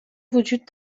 وجود